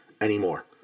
anymore